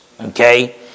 Okay